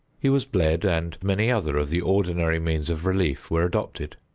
he was bled, and many other of the ordinary means of relief were adopted.